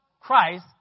Christ